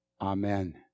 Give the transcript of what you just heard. Amen